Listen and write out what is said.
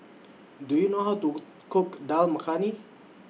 Do YOU know How to Cook Dal Makhani